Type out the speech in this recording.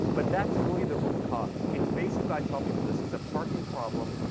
but that's really the root cause. it's basically, i tell people, this is a parking problem.